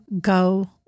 go